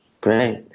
Great